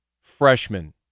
freshman